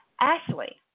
Ashley